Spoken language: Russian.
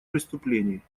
преступлений